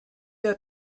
der